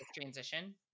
transition